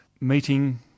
meeting